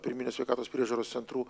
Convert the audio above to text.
pirminės sveikatos priežiūros centrų